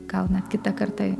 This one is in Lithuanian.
gal net kitą kartą